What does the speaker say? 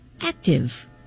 active